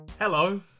Hello